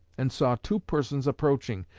and saw two persons approaching,